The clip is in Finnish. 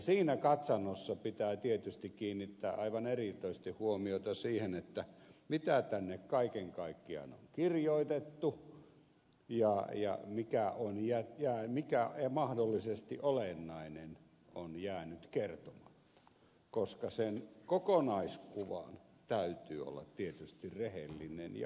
siinä katsannossa pitää tietysti kiinnittää aivan erityisesti huomiota siihen mitä tänne kaiken kaikkiaan on kirjoitettu ja mikä mahdollisesti olennainen on jäänyt kertomatta koska sen kokonaiskuvan täytyy olla tietysti rehellinen ja oikea